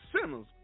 sinners